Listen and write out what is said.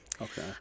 Okay